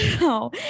No